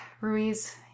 Ruiz